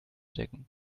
decken